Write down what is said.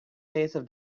serious